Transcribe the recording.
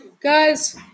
guys